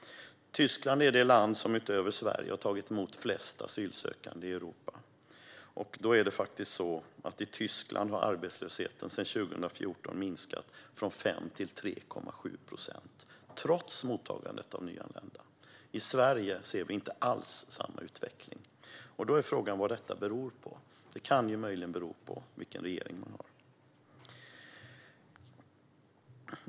Tyskland är det land i Europa som utöver Sverige har tagit emot flest asylsökande. I Tyskland har arbetslösheten sedan 2014 minskat från 5 procent till 3,7 procent, trots mottagandet av nyanlända. I Sverige ser vi inte alls samma utveckling. Då är frågan vad detta beror på. Möjligen kan det bero på vilken regering man har.